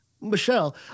Michelle